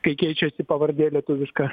kai keičiasi pavardė lietuviška